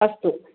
अस्तु